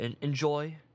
enjoy